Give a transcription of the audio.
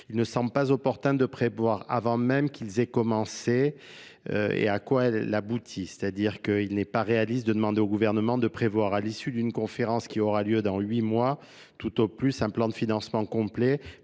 il ne semble pas opportun de prévoir avant même qu'il ait commencé. et à quoi elle aboutit, c'est à dire qu'il n'est pas réaliste de demander au gouvernement de prévoir, à l'issue d'une conférence qui aura lieu dans huit mois, tout au pluss, un plan de financement complet